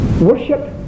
Worship